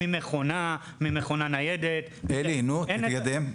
ממכונה, ממכונה ניידת -- אלי, תתקדם.